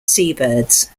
seabirds